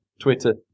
Twitter